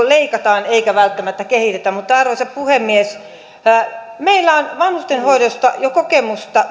leikataan eikä välttämättä kehitetä arvoisa puhemies meillä on vanhustenhoidosta kokemusta